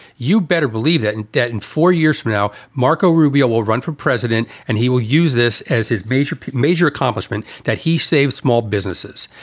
you better believe that and debt in four years from now, marco rubio will run for president and he will use this as his major, major accomplishment, that he saved small businesses.